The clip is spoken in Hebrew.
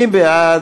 מי בעד?